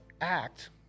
act